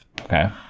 Okay